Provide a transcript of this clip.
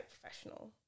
professional